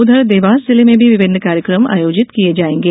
उधर देवास जिले में भी विभिन्न कार्यक्रम आयोजित किये जायेंगे